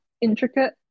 intricate